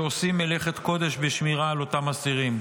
שעושים מלאכת קודש בשמירה על אותם אסירים.